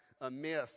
amiss